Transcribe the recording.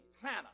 planner